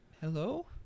hello